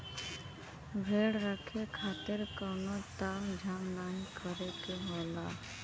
भेड़ रखे खातिर कउनो ताम झाम नाहीं करे के होला